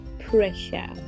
Pressure